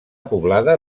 poblada